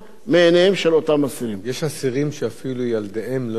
יש אסירים שאפילו ילדיהם לא יודעים שהם נמצאים בבית-הסוהר,